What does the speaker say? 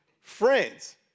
friends